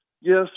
yes